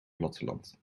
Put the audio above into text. platteland